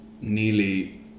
nearly